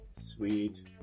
Sweet